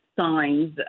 signs